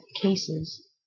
cases